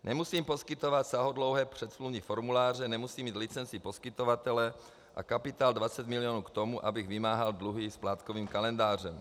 Nemusím poskytovat sáhodlouhé předsmluvní formuláře, nemusím mít licenci poskytovatele a kapitál 20 milionů k tomu, abych vymáhal dluhy splátkovým kalendářem.